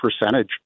percentage